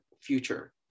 future